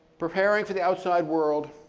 preparing for the outside world